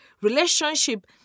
relationship